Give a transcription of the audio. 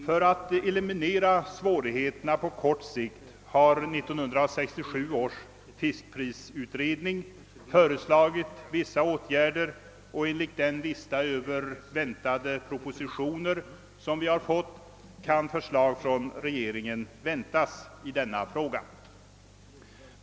För att eliminera svårigheterna på kort sikt har 1967 års fiskprisutredning föreslagit vissa åtgärder, och enligt den lista över väntade propositioner som vi fått kan förslag från regeringen väntas i denna fråga.